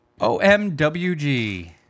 OMWG